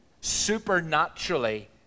supernaturally